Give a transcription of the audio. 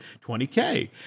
20K